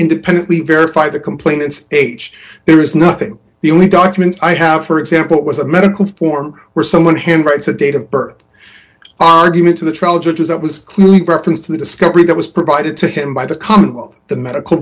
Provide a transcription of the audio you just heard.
independently verify the complainants aged there is nothing the only documents i have for example it was a medical form where someone hand writes a date of birth argument to the trial judge was that was clearly reference to the discovery that was provided to him by the